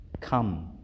come